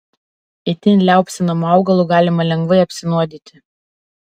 itin liaupsinamu augalu galima lengvai apsinuodyti